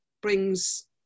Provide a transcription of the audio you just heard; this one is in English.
brings